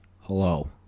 Hello